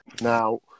Now